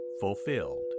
fulfilled